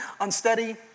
unsteady